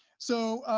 so